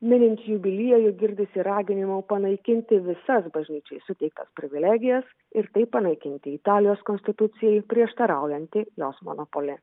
minint jubiliejų girdisi raginimų panaikinti visas bažnyčiai suteiktas privilegijas ir taip panaikinti italijos konstitucijai prieštaraujantį jos monopolį